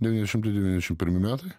devyni šimtai devyniasdešim pirmi metai